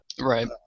Right